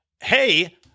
hey